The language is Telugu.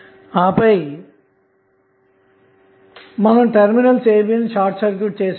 ఆపై మీరు టెర్మినల్ ab ను షార్ట్ సర్క్యూట్ చేసారు